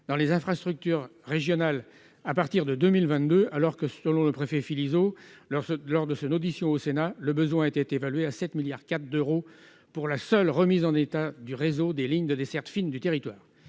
dans les infrastructures ferroviaires à partir de 2022, alors que, selon le préfet Philizot, lors de son audition par le Sénat, le besoin a été évalué à 7,4 milliards d'euros pour la seule remise en état du réseau des lignes de desserte fine du territoire.